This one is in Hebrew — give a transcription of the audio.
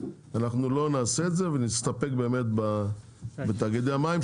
אנחנו לא נעשה את זה ונסתפק באמת בתאגידי המים,